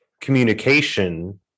communication